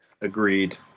Agreed